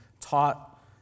taught